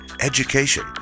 education